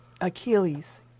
Achilles